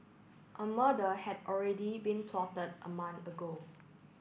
a murder had already been plotted a month ago